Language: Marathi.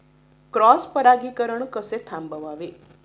क्रॉस परागीकरण कसे थांबवावे?